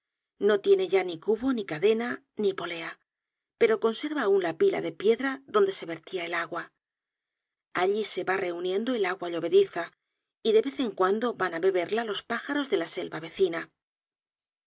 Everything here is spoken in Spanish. no tiene ya ni cubo ni cadena ni polea pero conserva aun la pila de piedra donde se vertia el agua allí se va reuniendo el agua llovediza y de vez en cuando van á bebería los pájaros de la selva vecina